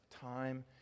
time